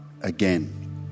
again